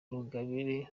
rugabire